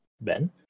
Ben